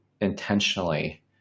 intentionally